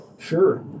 Sure